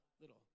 little